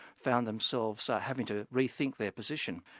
found themselves having to re-think their position,